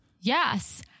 Yes